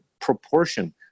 proportion